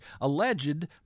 alleged